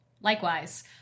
Likewise